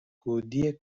گودی